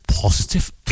positive